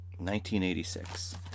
1986